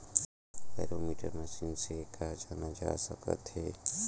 Barometer machine से का जाना जा सकत हे?